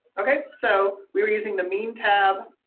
okay, so we were using the mean tab.